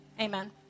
Amen